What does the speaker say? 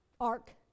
ark